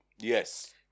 yes